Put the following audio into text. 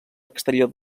exterior